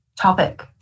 topic